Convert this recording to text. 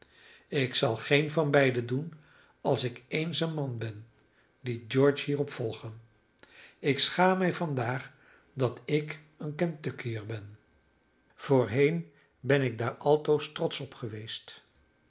ik zal geen van beiden doen als ik eens een man ben liet george hierop volgen ik schaam mij vandaag dat ik een kentuckiër ben voorheen ben ik daar altoos trotsch op geweest